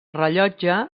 rellotge